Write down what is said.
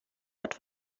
hat